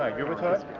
ah you're with hud?